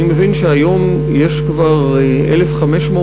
אני מבין שהיום יש כבר 1,500,